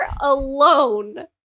alone